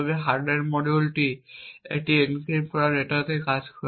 তবে হার্ডওয়্যার মডিউলটি এই এনক্রিপ্ট করা ডেটাতে কাজ করে